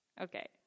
Okay